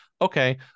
okay